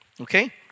Okay